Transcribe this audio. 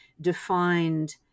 defined